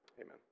amen